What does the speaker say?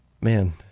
man